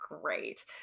great